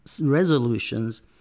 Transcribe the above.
resolutions